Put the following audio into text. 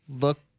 look